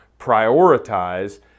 prioritize